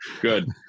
good